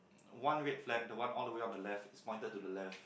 one red flag the one all the way on the left is pointed to the left